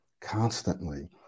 constantly